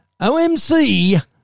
OMC